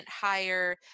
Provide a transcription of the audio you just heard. higher